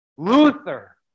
Luther